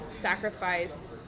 sacrifice